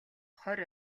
хорь